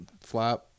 flap